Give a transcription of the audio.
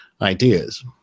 ideas